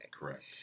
Correct